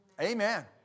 Amen